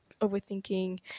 overthinking